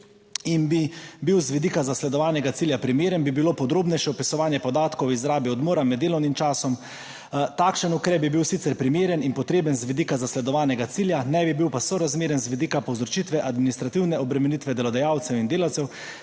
in bi bil z vidika zasledovanega cilja primeren, bi bilo podrobnejše vpisovanje podatkov o izrabi odmora med delovnim časom. Takšen ukrep bi bil sicer primeren in potreben z vidika zasledovanega cilja, ne bi bil pa sorazmeren z vidika povzročitve administrativne obremenitve delodajalcev in delavcev,